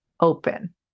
open